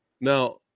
Now